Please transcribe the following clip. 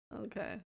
Okay